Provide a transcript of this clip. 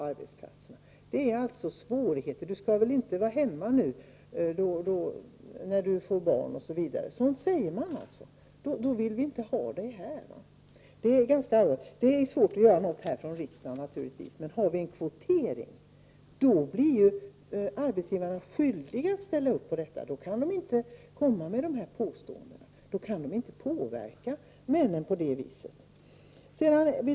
Det innebär alltså svårigheter. ”Du skall väl inte vara hemma nu när du får barn” säger man. ”Då vill vi inte ha dig här.” Det är ganska allvarligt, och det är naturligtvis svårt att göra någonting här i riksdagen. Om vi däremot har en kvotering blir arbetsgivarna skyldiga att ställa upp på detta, och då kan de inte komma med de här påståendena. Då kan de inte påverka männen på det viset.